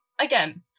again